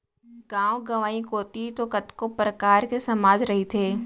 गाँव गंवई कोती तो कतको परकार के समाज रहिथे